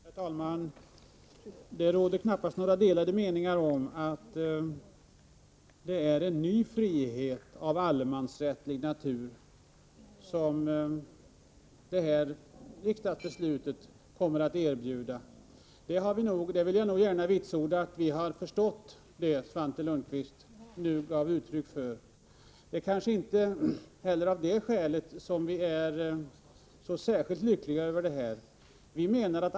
Fru talman! Det råder knappast några delade meningar om att det kommande riksdagsbeslutet kommer att innebära en ny frihet av allemansrättslig natur. Jag vill gärna vitsorda att vi har förstått detta som Svante Lundkvist gav uttryck för. Det är kanske inte främst av det skälet som vi inte är så lyckliga över den här saken.